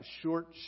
short